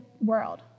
world